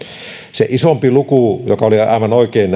se isompi luku caddy luokasta oli aivan oikein